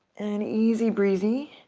and easy breezy,